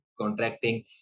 contracting